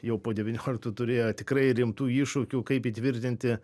jau po devynioliktų turėjo tikrai rimtų iššūkių kaip įtvirtinti